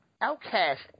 Outcast